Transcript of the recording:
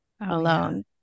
alone